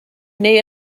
neu